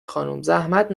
خانومزحمت